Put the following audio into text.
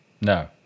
no